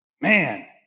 Man